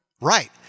Right